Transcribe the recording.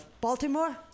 Baltimore